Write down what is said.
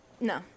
No